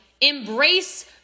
embrace